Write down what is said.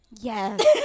yes